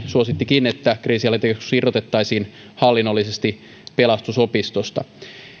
suosittikin että kriisinhallintakeskus irrotettaisiin hallinnollisesti pelastusopistosta